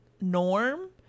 norm